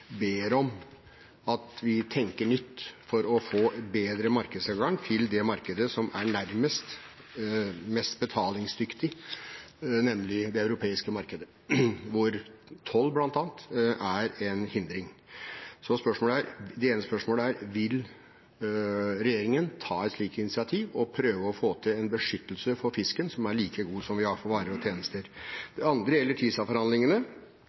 ber om at vi tenker nytt for å få bedre adgang til det markedet som er nærmest og mest betalingsdyktig, nemlig det europeiske markedet, hvor toll bl.a. er en hindring. Det ene spørsmålet er: Vil regjeringen ta et slikt initiativ og prøve å få til en like god beskyttelse for fisken som den vi har for varer og tjenester? Det andre gjelder